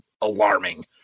alarming